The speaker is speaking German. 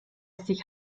sich